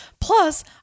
Plus